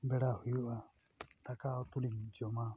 ᱵᱮᱲᱟ ᱦᱩᱭᱩᱜᱼᱟ ᱫᱟᱠᱟ ᱩᱛᱩᱞᱤᱧ ᱡᱚᱢᱟ